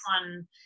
one